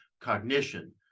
cognition